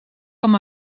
com